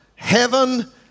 Heaven